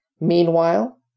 Meanwhile